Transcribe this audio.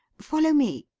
follow me.